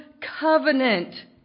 covenant